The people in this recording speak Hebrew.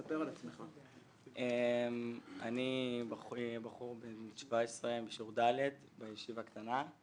אני בחור בן 17 בשירות ד' בישיבה קטנה.